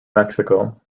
mexico